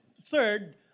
third